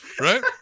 right